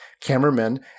cameramen